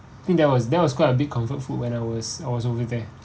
think there was there was quite a big comfort food when I was I was over there